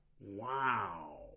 Wow